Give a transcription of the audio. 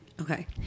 Okay